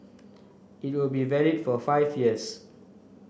it will be valid for five years